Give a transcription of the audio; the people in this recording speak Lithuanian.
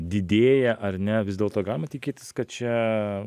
didėja ar ne vis dėlto galima tikėtis kad čia